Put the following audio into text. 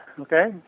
okay